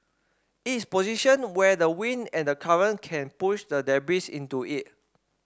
it is positioned where the wind and the current can push the debris into it